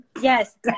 Yes